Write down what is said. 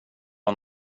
har